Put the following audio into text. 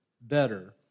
better